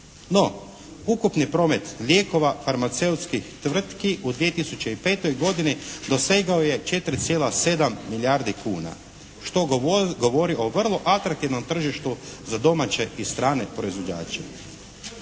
No, ukupni promet lijekova farmaceutskih tvrtki u 2005. godini dosegao je 4,7 milijardi kuna što govori o vrlo atraktivnom tržištu za domaće i strane proizvođače.